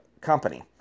company